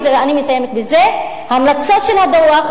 ואני מסיימת בזה: ההמלצות של הדוח,